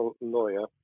lawyer